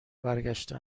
برگشته